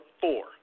four